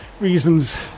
reasons